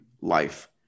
life